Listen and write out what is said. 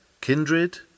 kindred